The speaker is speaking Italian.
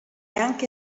anche